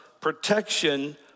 protection